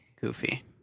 Goofy